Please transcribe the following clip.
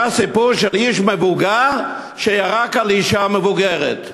היה סיפור של איש מבוגר שירק על אישה מבוגרת,